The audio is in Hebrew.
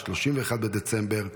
31 בדצמבר,